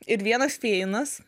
ir vienas fėjinas